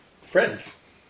Friends